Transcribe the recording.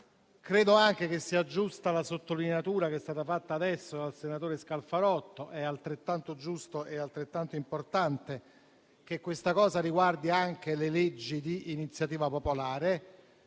Credo che sia giusta la sottolineatura che è stata fatta adesso dal senatore Scalfarotto: è altrettanto giusto e altrettanto importante che questa cosa riguardi anche le leggi di iniziativa popolare,